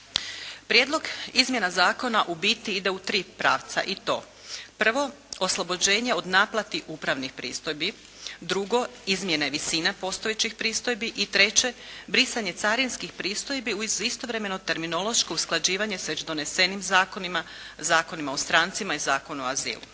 Prijedlog izmjena zakona u biti ide u tri pravca i to: Prvo, oslobođenje od naplate upravnih pristojbi. Drugo, izmjena i visina postojećih pristojbi. I treće, brisanje carinskih pristojbi uz istovremeno terminološko usklađivanje sa već donesenim zakonima, Zakon o strancima i Zakonu o azilu.